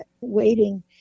waiting